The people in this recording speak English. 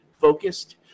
focused